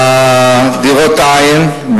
דירות אין,